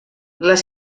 les